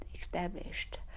established